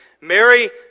Mary